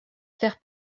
faire